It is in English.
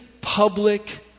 public